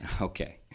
Okay